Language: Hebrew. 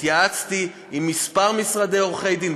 התייעצתי עם כמה משרדי עורכי-דין,